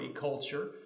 culture